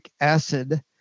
acid